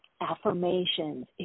Affirmations